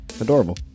Adorable